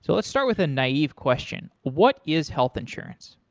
so let's start with a naive question what is health insurance?